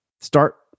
start